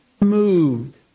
moved